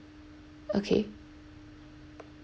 okay